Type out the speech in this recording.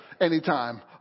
anytime